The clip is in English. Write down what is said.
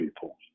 people